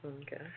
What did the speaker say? Okay